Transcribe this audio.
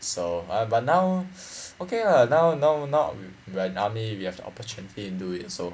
so ah but now okay lah now now now we we are in army we have the opportunity to do it so